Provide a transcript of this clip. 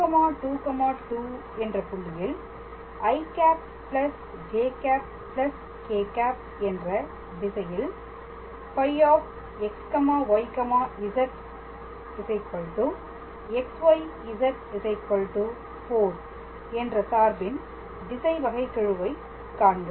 222 என்ற புள்ளியில் î ĵ k̂ என்ற திசையில் φxyz xyz 4 என்ற சார்பின் திசை வகைக்கெழுவை காண்க